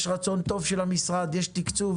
יש רצון טוב של המשרד, יש תקצוב.